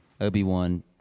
Obi-Wan